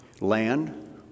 land